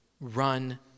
run